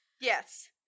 Yes